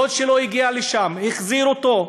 דוד שלו הגיע לשם, החזיר אותו.